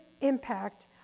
impact